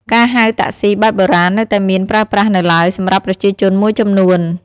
ការហៅតាក់ស៊ីបែបបុរាណនៅតែមានប្រើប្រាស់នៅឡើយសម្រាប់ប្រជាជនមួយចំនួន។